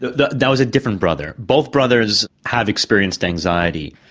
that that was a different brother. both brothers have experienced anxiety.